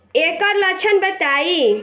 ऐकर लक्षण बताई?